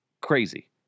Crazy